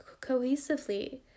cohesively